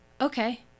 Okay